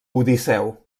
odisseu